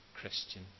Christian